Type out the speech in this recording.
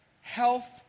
health